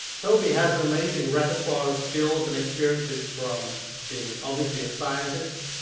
toby has an amazing repertoire of skills and experiences from being obviously a scientist,